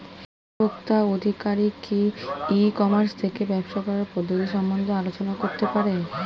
কৃষি ভোক্তা আধিকারিক কি ই কর্মাস থেকে ব্যবসা করার পদ্ধতি সম্বন্ধে আলোচনা করতে পারে?